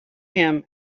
him